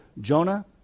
Jonah